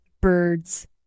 Birds